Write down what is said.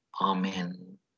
Amen